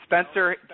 spencer